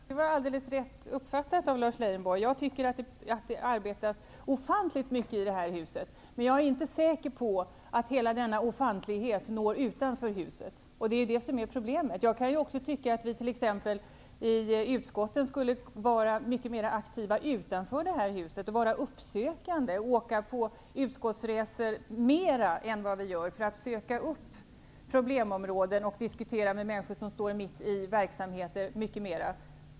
Herr talman! Det var alldeles rätt uppfattat av Lars Leijonborg -- jag tycker att det arbetas ofantligt mycket i det här huset. Men jag är inte säker på att hela detta ofantliga arbete når utanför huset. Det är det som är problemet. Jag anser att vi även i utskotten skulle vara mycket mer aktiva utanför det här huset, bedriva uppsökande arbete och fara på utskottsresor mer än vi nu gör. Vi bör med andra ord söka upp problemområden och i större utsträckning diskutera med människor som står mitt uppe i verksamheten.